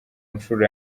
nshuro